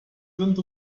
sind